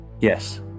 Yes